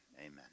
Amen